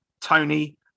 Tony